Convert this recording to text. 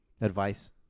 advice